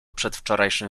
przedwczorajszym